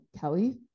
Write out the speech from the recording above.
Kelly